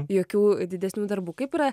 jokių didesnių darbų kaip yra